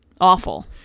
awful